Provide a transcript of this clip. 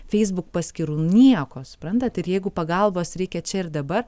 facebook paskyrų nieko suprantat ir jeigu pagalbos reikia čia ir dabar